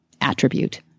attribute